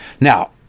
now